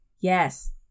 Yes